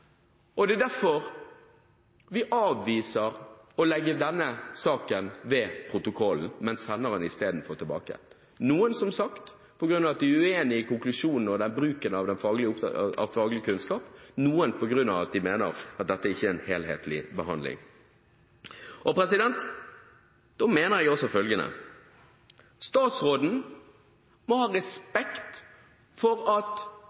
Stortinget. Det er derfor vi avviser å legge denne saken ved protokollen, men i stedet sender den tilbake – noen, som sagt, fordi de er uenige i konklusjonen og bruken av faglig kunnskap, andre på grunn av at de mener at dette ikke er en helhetlig behandling. Da mener jeg følgende: Statsråden må ha respekt for at